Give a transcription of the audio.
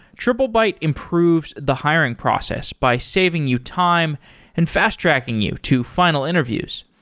triplebyte improves the hiring process by saving you time and fast-tracking you to final interviews.